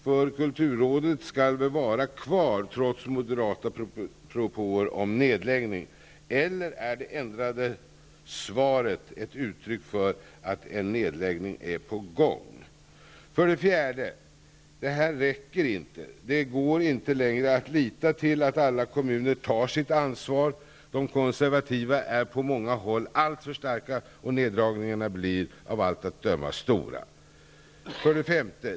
För kulturrådet skall väl vara kvar trots moderata propåer om nedläggning, eller är det förändrade svaret ett uttryck för att en nedläggning är på gång? 4. Detta räcker dock inte. Det går inte längre att lita till att alla kommuner tar sitt ansvar. De konservativa är på många håll alltför starka, och neddragningarna blir av allt att döma stora. 5.